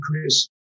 Chris